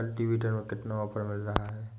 Cultivator में कितना offer मिल रहा है?